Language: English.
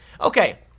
Okay